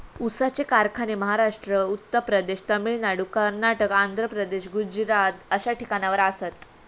ऊसाचे कारखाने महाराष्ट्र, उत्तर प्रदेश, तामिळनाडू, कर्नाटक, आंध्र प्रदेश, गुजरात अश्या ठिकाणावर आसात